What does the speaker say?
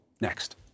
Next